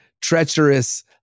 treacherous